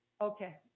Okay